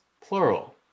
plural